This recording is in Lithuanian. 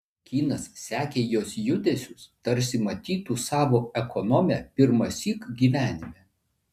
kynas sekė jos judesius tarsi matytų savo ekonomę pirmąsyk gyvenime